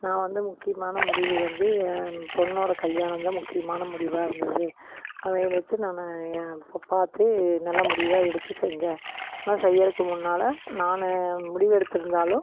நான் வந்து முக்கியமான முடிவு வந்து என் பொண்ணோட கல்யாணம் தான் முக்கியமான முடிவாக இருந்தது அதை வச்சு நான் பார்த்து நல்ல முடிவாக எடுத்து செஞ்சேன் ஆனால் செய்யறதுக்கு முன்னால் நான் முடிவெடுத்திருந்தாலும்